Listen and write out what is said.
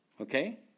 okay